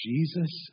Jesus